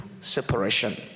separation